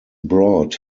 brought